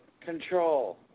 control